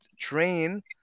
train